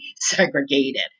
segregated